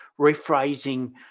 rephrasing